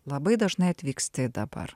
labai dažnai atvyksti dabar